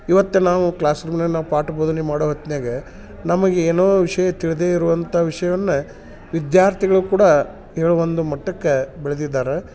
ಇವತ್ತು ನಾವು ಕ್ಲಾಸ್ರೂಮ್ನಗ್ ನಾವು ಪಾಠ ಬೋಧನೆ ಮಾಡೋ ಹೊತ್ನ್ಯಾಗ ನಮಗೆ ಏನೋ ವಿಷಯ ತಿಳಿದೇ ಇರುವಂಥ ವಿಷಯವನ್ನ ವಿದ್ಯಾರ್ಥಿಗಳು ಕೂಡ ಹೇಳು ಒಂದು ಮಟ್ಟಕ್ಕೆ ಬೆಳ್ದಿದ್ದಾರೆ